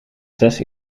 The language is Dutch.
zes